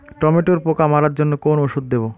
টমেটোর পোকা মারার জন্য কোন ওষুধ দেব?